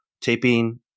taping